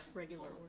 regular.